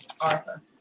Arthur